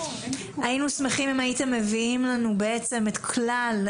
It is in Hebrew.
היינו שמחים אם הייתם מביאים לנו בעצם את כלל